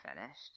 finished